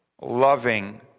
loving